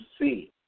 see